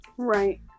Right